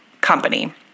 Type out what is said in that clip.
company